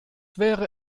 wäre